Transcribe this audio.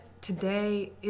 today